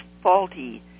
faulty